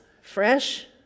fresh